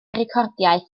recordiau